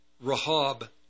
Rahab